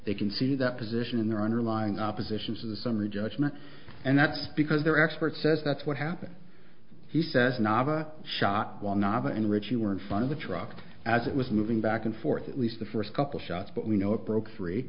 they can see the position in their underlying opposition to the summary judgment and that's because their expert says that's what happened he says nada shot one novel in which you were in front of the truck as it was moving back and forth at least the first couple shots but we know it broke three